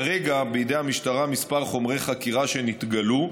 כרגע בידי המשטרה כמה חומרי חקירה שנתגלו,